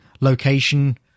location